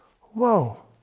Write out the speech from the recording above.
whoa